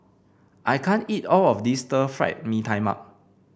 I can't eat all of this Stir Fried Mee Tai Mak